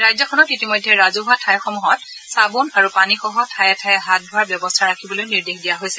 ৰাজ্যখনত ইতিমধ্যে ৰাজহুৱা ঠাইসমূহত চাবোন আৰু পানীসহ ঠায়ে ঠায়ে হাত ধোৱাৰ ব্যৱস্থা ৰাখিবলৈ নিৰ্দেশ দিয়া হৈছে